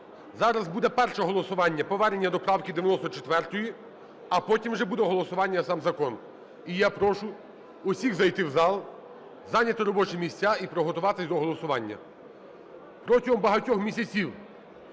Зараз буде перше голосування – повернення до правки 94, а потім вже буде голосування за сам закон. І я прошу всіх зайти в зал, зайняти робочі місця і приготуватись до голосування. Протягом багатьох місяців